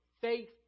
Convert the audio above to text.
faith